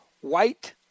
White